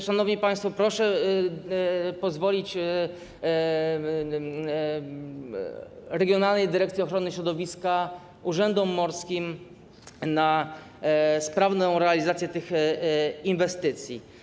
Szanowni państwo, proszę pozwolić regionalnej dyrekcji ochrony środowiska, urzędom morskim na sprawną realizację tych inwestycji.